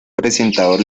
presentador